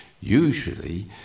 Usually